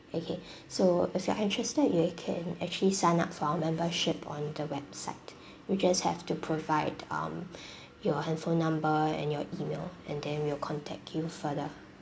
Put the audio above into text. okay so if you are interested you can actually sign up for our membership on the website you just have to provide um your handphone number and your E-mail and then we'll contact you further